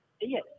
Yes